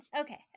Okay